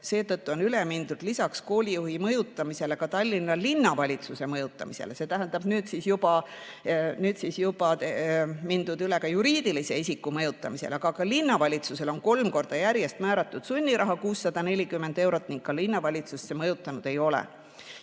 seetõttu on üle mindud lisaks koolijuhi mõjutamisele ka Tallinna Linnavalitsuse mõjutamisele, see tähendab, et nüüd on mindud üle ka juriidilise isiku mõjutamisele. Linnavalitsusele on kolm korda järjest määratud sunniraha 640 eurot, aga ka linnavalitsust see mõjutanud ei ole.